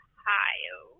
Ohio